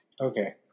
Okay